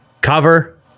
cover